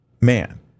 man